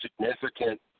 significant